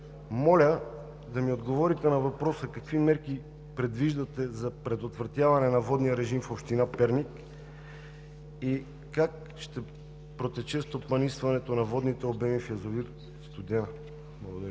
моля да ми отговорите на въпроса: какви мерки предвиждате за предотвратяване на водния режим в община Перник и как ще протече стопанисването на водните обеми в язовир „Студена“? Благодаря